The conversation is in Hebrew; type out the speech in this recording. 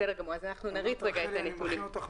בסדר גמור, אנחנו נריץ את הנתונים.